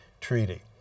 Treaty